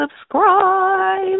subscribe